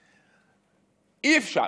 אי-אפשר.